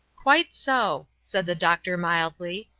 quite so! said the doctor, mildly.